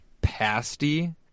Pasty